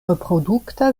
reprodukta